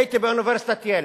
הייתי באוניברסיטת ייל,